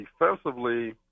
defensively